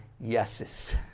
yeses